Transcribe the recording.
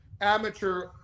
amateur